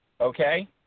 okay